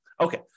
Okay